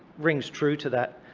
rings true to that.